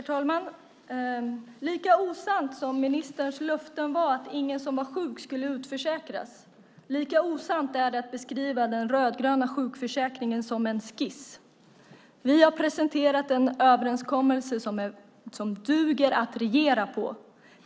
Herr talman! Lika osant som ministerns löfte om att ingen som var sjuk skulle utförsäkras var, är det att beskriva den rödgröna sjukförsäkringen som en skiss. Vi har presenterat en överenskommelse som duger att regera utifrån.